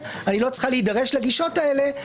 שהיא לא צריכה להידרש לגישות האלה.